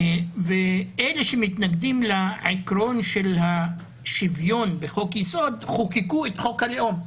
אלה שמתנגדים לעיקרון של שוויון בחוק יסוד חוקקו את חוק הלאום,